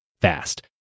fast